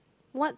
what